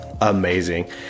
amazing